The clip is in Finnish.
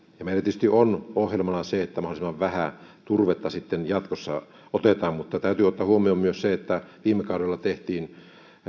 meillä tietysti on ohjelmana se että mahdollisimman vähän turvetta sitten jatkossa otetaan mutta täytyy ottaa huomioon myös se että viime kaudella tehtiin